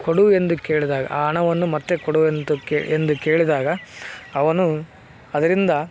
ಕೊಡು ಎಂದು ಕೇಳಿದಾಗ ಆ ಹಣವನ್ನು ಮತ್ತೆ ಕೊಡು ಎಂದು ಕೇ ಎಂದು ಕೇಳಿದಾಗ ಅವನು ಅದರಿಂದ